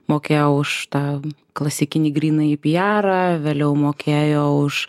mokėjo už tą klasikinį grynąjį piarą vėliau mokėjo už